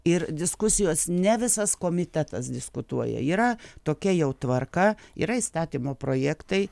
ir diskusijos ne visas komitetas diskutuoja yra tokia jau tvarka yra įstatymo projektai